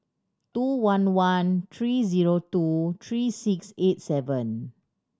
two one one three zero two three six eight seven